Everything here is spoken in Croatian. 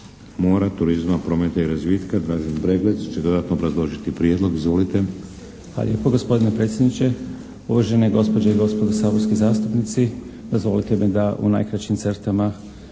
mora, turizma, prometa i razvitka, Dragan Breglec će dodatno obrazložiti Prijedlog. Izvolite. **Breglec, Dražen** Hvala lijepo, gospodine predsjedniče, uvažene gospođe i gospodo saborski zastupnici. Dozvolite mi da u najkraćim crtama